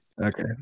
okay